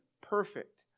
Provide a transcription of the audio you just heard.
perfect